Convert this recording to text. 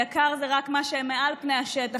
היקר זה רק מה שמעל פני השטח,